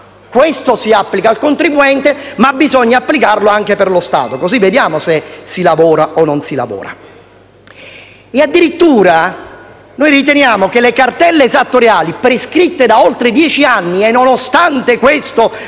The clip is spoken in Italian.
concetto si applica al contribuente ma bisogna applicarlo anche per lo Stato, così vediamo se si lavora o non si lavora. Addirittura, poiché le cartelle esattoriali prescritte da oltre dieci anni che (nonostante questo)